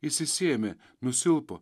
išsisėmė nusilpo